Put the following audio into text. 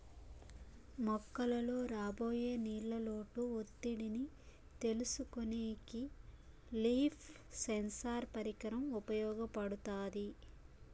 మొక్కలలో రాబోయే నీళ్ళ లోటు ఒత్తిడిని తెలుసుకొనేకి లీఫ్ సెన్సార్ పరికరం ఉపయోగపడుతాది